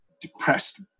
depressed